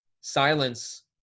silence